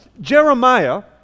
Jeremiah